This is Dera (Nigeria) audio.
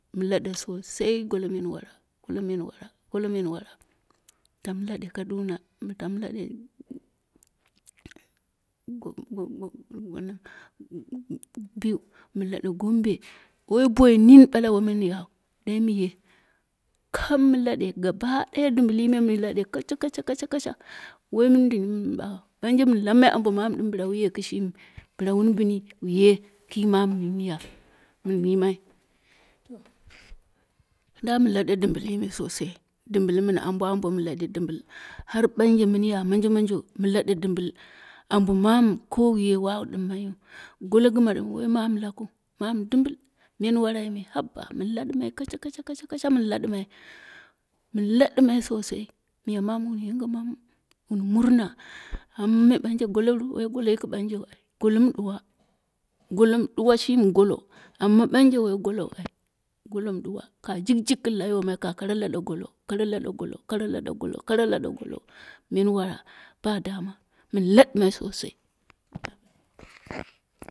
Mɨ laɗe sosai golo menwara, golo menwara, golo menwara, mɨ tam laɗe kaduna, mɨ tam laɗe ago go go wannan biu mɨ lade gomnbe woi boi nini me ɓale woi mi yau dai mɨ ye, kaam mɨ lade gaba ɗaya dim bɨli me mɨ lade kacakaca kaca kaca woi mondin nini mɨn ɓau ɓamje mɨn lamnai ambo mana bila wun ye kishimi, bɨla wun bɨni wuye ki mama mɨ mɨn ya mɨn yimai, to da mɨ lade ɗɨmbi tii me sosai ɗimbɨl mɨn ambo ambo mɨ lade dɨmbu, ɓanje min ya manjo manjo mɨ ladɛ dɨmbɨt ambo mana ko wu ye waru ɗimmaiu, golo gima ɗɨm woi mamuu mamu dɨmbɨl, men warai me haba mamu dɨmbɨt kaca kaca kaca kaca kaca kaca mɨn ladɨmai mɨn ladɨmai sosai miya mamu wun yingɨmama wu murna, amma me banje golo ru? Woi golo yiki ɓanjeu ai, golo mɨ ɗuwa, golo mɨ duwa shimi golo, amma ɓanje woi golou ai, golo mɨ duwa ka jikjik gɨn la yomai ka kara lade golo, kara lade golo, kara lade golo kara lade golo, menwara ba dama mɨn ladɨma sosai